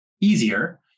easier